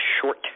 short